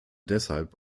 deshalb